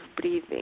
breathing